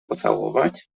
pocałować